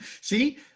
See